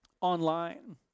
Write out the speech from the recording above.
online